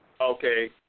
okay